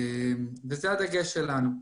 זה הדגש שלנו.